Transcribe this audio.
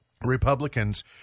Republicans